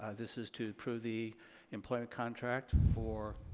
ah this is to approve the employment contract for,